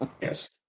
yes